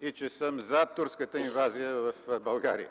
и че съм за турската инвазия в България.